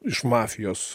iš mafijos